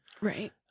Right